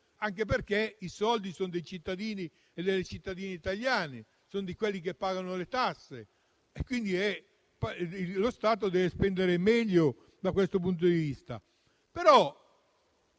anche perché i soldi sono dei cittadini e delle cittadine italiani, di quelli che pagano le tasse. Quindi, lo Stato deve spendere meglio da questo punto di vista.